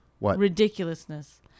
ridiculousness